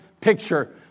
picture